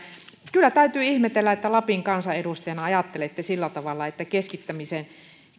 kyllä täytyy ihmetellä että lapin kansanedustajana ajattelette sillä tavalla että